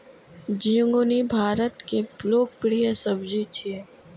झिंगुनी भारतक लोकप्रिय सब्जी छियै